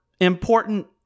important